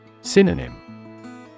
Synonym